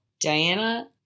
Diana